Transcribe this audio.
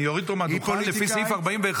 אני אוריד אותו מהדוכן לפי סעיף 41(ד).